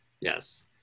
yes